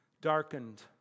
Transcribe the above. darkened